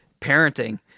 parenting